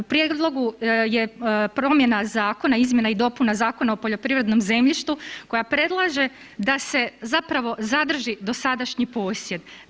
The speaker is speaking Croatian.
Prijedlogu je promjena zakona, izmjena i dopuna Zakona o poljoprivrednom zemljištu koja predlaže da se zapravo zadrži dosadašnji posjed.